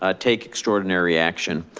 ah take extraordinary action.